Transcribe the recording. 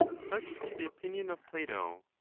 such is the opinion of plato.